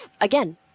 again